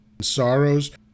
sorrows